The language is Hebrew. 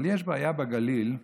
אבל יש בעיה בגליל.